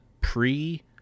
pre